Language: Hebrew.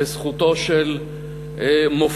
לזכותו של מופז,